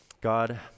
God